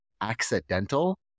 accidental